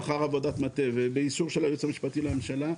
לאחר עבודת מטה ובסיוע של היועץ המשפטי וביישום של היועץ המשפטי לממשלה,